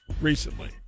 recently